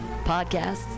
Podcasts